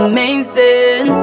Amazing